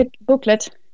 booklet